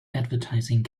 advertising